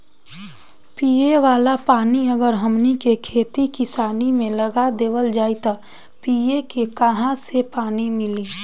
पिए वाला पानी अगर हमनी के खेती किसानी मे लगा देवल जाई त पिए के काहा से पानी मीली